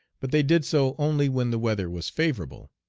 but they did so only when the weather was favorable.